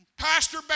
Pastor